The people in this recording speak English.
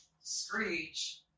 Screech